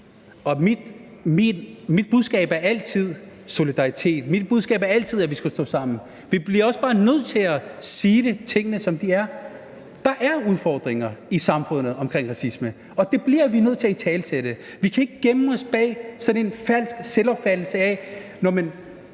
og mit budskab er altid solidaritet, og mit budskab er altid, at vi skal stå sammen, men vi bliver bare også nødt til at sige tingene, som de er. Der er udfordringer i samfundet med racisme, og det bliver vi nødt til at italesætte. Vi kan ikke gemme os bag sådan en falsk selvopfattelse af, at alt